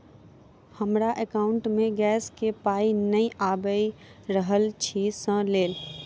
हमरा एकाउंट मे गैस केँ पाई नै आबि रहल छी सँ लेल?